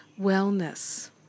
wellness